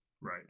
Right